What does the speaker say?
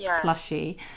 plushy